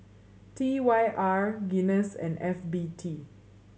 T Y R Guinness and F B T